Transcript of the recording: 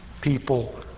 people